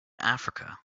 africa